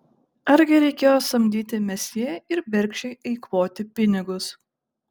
argi reikėjo samdyti mesjė ir bergždžiai eikvoti pinigus